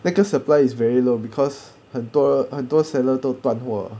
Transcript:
那个 supply is very low because 很多很多 seller 都断货